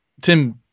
Tim